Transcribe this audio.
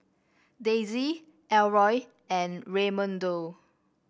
Daisey Elroy and Raymundo